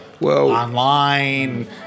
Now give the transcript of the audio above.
online